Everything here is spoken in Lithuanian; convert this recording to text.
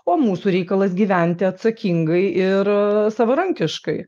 o mūsų reikalas gyventi atsakingai ir savarankiškai